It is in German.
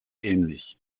ähnlich